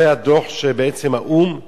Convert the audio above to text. זה הדוח שבעצם האו"ם מינה: